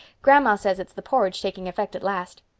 grandma says it's the porridge taking effect at last.